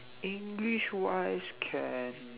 english wise can